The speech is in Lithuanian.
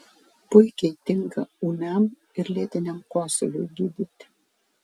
puikiai tinka ūmiam ir lėtiniam kosuliui gydyti